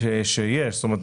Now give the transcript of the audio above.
שיש זאת אומרת,